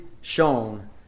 shown